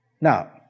Now